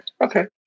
okay